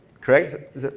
correct